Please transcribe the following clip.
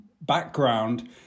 background